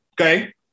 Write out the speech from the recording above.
Okay